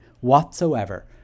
whatsoever